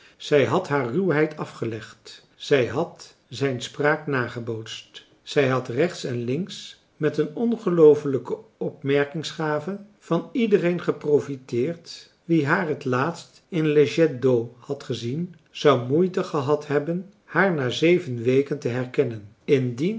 zij had haar ruwheid afgelegd zij had zijn spraak nagebootst zij had rechts en links met een ongeloofelijke opmerkingsgave van iedereen geprofiteerd wie haar t laatst in le jet d'eau had gezien zou moeite gehad hebben haar na zeven weken te herkennen indien